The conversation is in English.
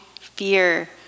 fear